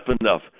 enough